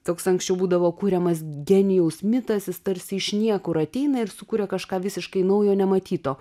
toks anksčiau būdavo kuriamas genijaus mitas jis tarsi iš niekur ateina ir sukuria kažką visiškai naujo nematyto